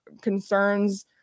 concerns